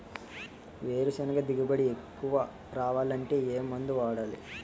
వేరుసెనగ దిగుబడి ఎక్కువ రావాలి అంటే ఏ మందు వాడాలి?